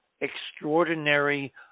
extraordinary